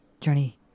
journey